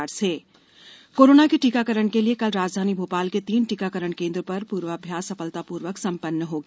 corona vaccination corona के टीकाकरण के लिए कल राजधानी भोपाल के तीन टीकाकरण केन्द्रों पर पूर्वाभ्यास सफलतापूर्वक संपन्न हो गया